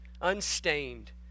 unstained